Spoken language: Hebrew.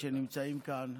חברי הכנסת שנמצאים כאן,